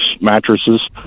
mattresses